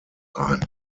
ein